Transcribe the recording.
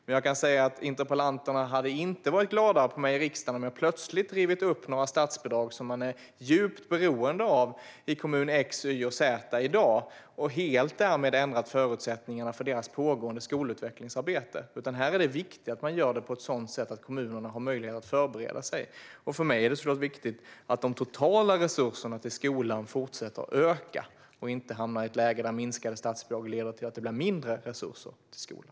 Men jag kan säga att interpellanterna inte hade varit glada på mig i riksdagen om jag plötsligt rivit upp några statsbidrag som man i dag är djupt beroende av i kommunerna X, Y och Z och därmed helt ändrat förutsättningarna för deras pågående skolutvecklingsarbete. Nej, det är viktigt att man gör detta på ett sådant sätt att kommunerna har möjlighet att förbereda sig. För mig är det även såklart viktigt att de totala resurserna till skolan fortsätter att öka. Vi får inte hamna i ett läge där minskade statsbidrag leder till att det blir mindre resurser till skolan.